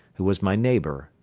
who was my neighbor,